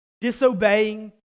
disobeying